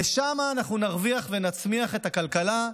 נרוויח ונצמיח את הכלכלה,